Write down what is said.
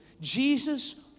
Jesus